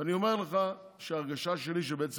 ואני אומר לך שההרגשה שלי היא שבעצם